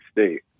State